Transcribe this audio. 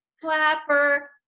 Clapper